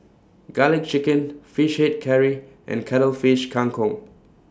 Garlic Chicken Fish Head Curry and Cuttlefish Kang Kong